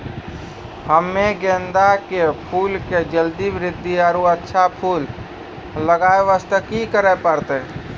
हम्मे गेंदा के फूल के जल्दी बृद्धि आरु अच्छा फूल लगय वास्ते की करे परतै?